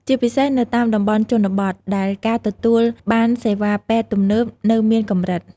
ជាពិសេសនៅតាមតំបន់ជនបទ ដែលការទទួលបានសេវាពេទ្យទំនើបនៅមានកម្រិត